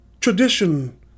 Tradition